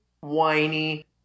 whiny